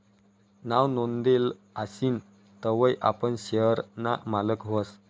नाव नोंदेल आशीन तवय आपण शेयर ना मालक व्हस